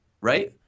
right